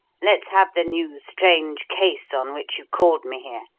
let's have the new strange case on which you called me here.